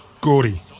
Gordy